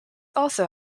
also